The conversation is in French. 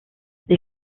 les